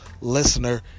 listener